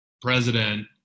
president